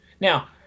Now